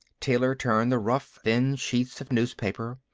taylor turned the rough, thin sheets of newspaper.